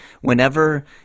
whenever